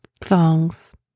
thongs